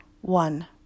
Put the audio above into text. one